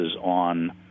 on